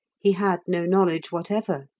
he had no knowledge whatever.